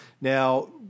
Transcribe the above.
Now